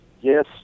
yes